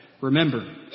Remember